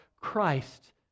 Christ